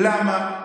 למה?